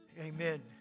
Amen